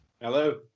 Hello